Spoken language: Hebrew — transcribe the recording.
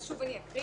אז שוב אני אקריא.